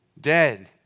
dead